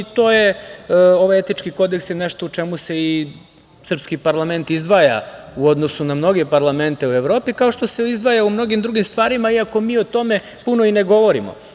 Ovaj etički kodeks je nešto u čemu se i srpski parlament izdvaja u odnosu na mnoge parlamente u Evropi, kao što se izdvaja i u mnogim drugim stvarima, iako mi o tome puno i ne govorimo.